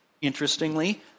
Interestingly